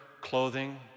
clothing